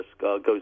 goes